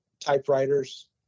typewriters